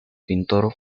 pintor